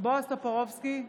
בועז טופורובסקי,